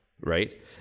right